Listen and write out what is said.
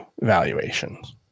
valuations